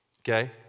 Okay